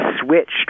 switched